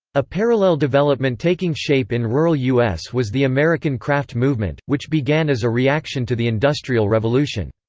a parallel development taking shape in rural u s. was the american craft movement, which began as a reaction to the industrial revolution.